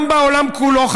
וגם בעולם כולו,